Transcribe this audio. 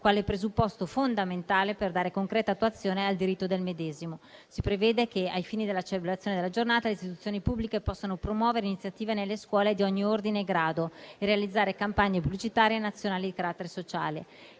quale presupposto fondamentale per dare concreta attuazione al diritto del medesimo. Si prevede che, ai fini della celebrazione della Giornata, le istituzioni pubbliche possano promuovere iniziative nelle scuole di ogni ordine e grado realizzare campagne pubblicitarie nazionali di carattere sociale.